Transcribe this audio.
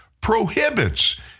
prohibits